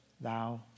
thou